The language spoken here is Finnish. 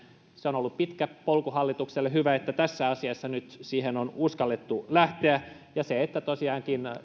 se on ollut pitkä polku hallitukselle hyvä että tässä asiassa nyt siihen on uskallettu lähteä ja se että tosiaankin